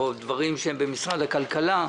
דברים במשרד הכלכלה.